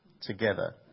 together